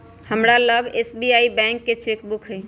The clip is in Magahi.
हमरा लग एस.बी.आई बैंक के चेक बुक हइ